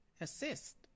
Assist